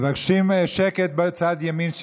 מבקשים שקט בצד ימין,